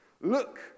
look